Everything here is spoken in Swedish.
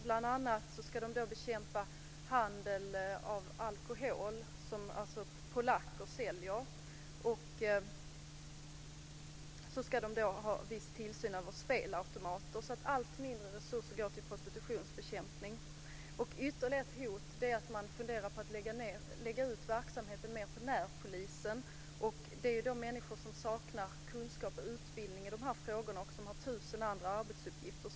Bl.a. ska man bekämpa handel med alkohol som säljs av polacker och utföra viss tillsyn av spelautomater. Allt mindre resurser går till prostitutionsbekämpning. Ytterligare ett hot är att man funderar på att lägga ut verksamheten på närpolisen. Det är människor som saknar kunskap och utbildning i frågorna och som har tusen andra arbetsuppgifter.